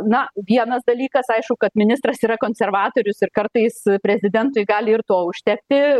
na vienas dalykas aišku kad ministras yra konservatorius ir kartais prezidentui gali ir to užtekti